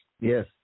Yes